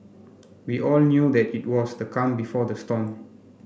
we all knew that it was the calm before the storm